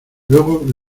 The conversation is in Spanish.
luego